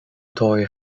toy